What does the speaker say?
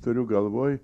turiu galvoj